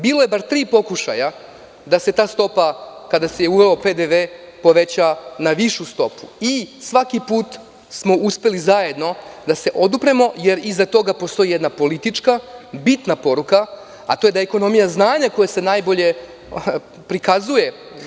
Bilo je bar tri pokušaja da se ta stopa kada se uveo PDV poveća na višu stopu i svaki put smo uspeli zajedno da se odupremo jer iza toga postoji jedna politička bitna poruka, a to je da je ekonomija znanje koje se najbolje prikazuje.